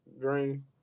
Green